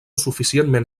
suficientment